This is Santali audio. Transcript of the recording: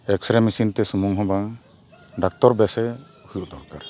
ᱮᱠᱥᱨᱮ ᱢᱮᱥᱤᱱ ᱛᱮ ᱥᱩᱢᱩᱝ ᱦᱚᱸ ᱵᱟᱝ ᱰᱟᱠᱛᱚᱨ ᱵᱮᱥᱮ ᱦᱩᱭᱩᱜ ᱫᱚᱨᱠᱟᱨ